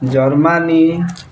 Germany